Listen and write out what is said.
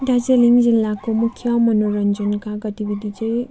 दार्जिलिङ जिल्लाको मुख्य मनोरञ्जनका गतिविधि चाहिँ